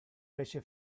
fece